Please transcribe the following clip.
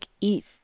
eat